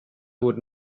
would